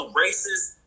racist